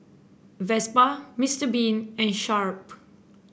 Vespa Mister Bean and Sharp